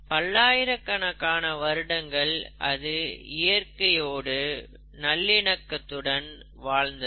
பல்லாயிரக்கணக்கான வருடங்கள் அது இயற்கையோடு நல்லிணக்கத்துடன் வாழ்ந்தது